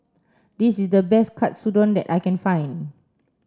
this is the best Katsudon that I can find